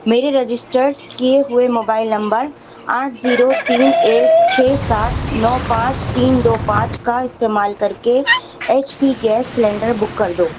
میرے رجسٹر کیے ہوئے موبائل نمبر آٹھ زیرو تین ایک چھ سات نو پانچ تین دو پانچ کا استعمال کر کے H P gas cylinder book کر دو